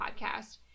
podcast